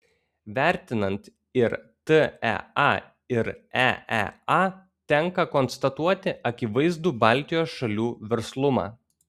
vertinant ir tea ir eea tenka konstatuoti akivaizdų baltijos šalių verslumą